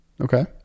okay